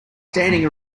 standing